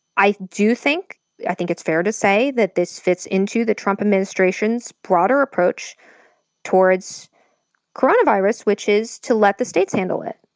i do think yeah think it's fair to say that this fits into the trump administration's broader approach towards coronavirus, which is to let the states handle it.